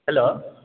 hello